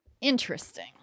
Interesting